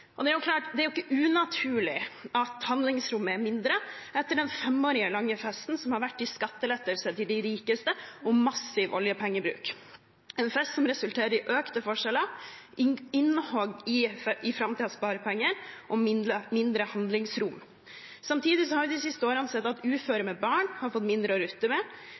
Det er ikke unaturlig at handlingsrommet er mindre etter den fem år lange festen som har vært, med skattelettelse til de rikeste og massiv oljepengebruk – en fest som resulterer i økte forskjeller, innhogg i framtidens sparepenger og mindre handlingsrom. Samtidig har vi de siste årene sett at uføre med barn har fått mindre å rutte med.